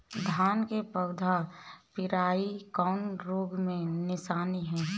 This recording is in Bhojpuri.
धान के पौधा पियराईल कौन रोग के निशानि ह?